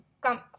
come